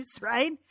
right